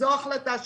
זו החלטה שלהם.